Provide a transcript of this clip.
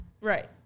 Right